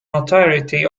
notoriety